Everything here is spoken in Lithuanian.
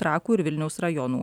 trakų ir vilniaus rajonų